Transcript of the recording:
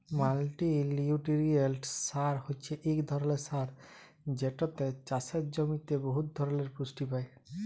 মাল্টিলিউটিরিয়েল্ট সার হছে ইক ধরলের সার যেটতে চাষের জমিতে বহুত ধরলের পুষ্টি পায়